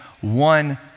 one